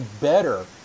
better